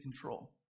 control